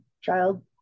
child